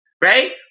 right